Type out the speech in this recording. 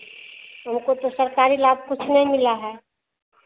हमको तो सरकारी लाभ कुछ नहीं मिला है